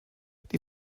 die